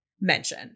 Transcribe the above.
mention